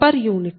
12 j8